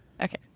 Okay